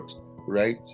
right